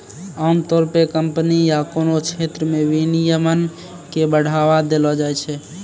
आमतौर पे कम्पनी या कोनो क्षेत्र मे विनियमन के बढ़ावा देलो जाय छै